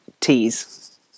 teas